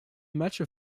matches